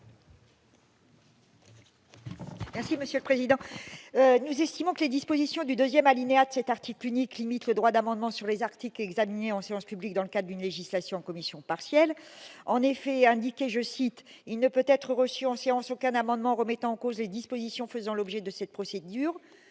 Merci monsieur le président, nous estimons que les dispositions du 2ème alinéa de cet article unique limite le droit d'amendement sur les articles examiné en séance publique dans le cas d'une législation commission partielle, en effet, a indiqué, je cite : il ne peut être reçue en sciences aucun amendement remettant en cause les dispositions faisant l'objet de cette procédure,